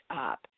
up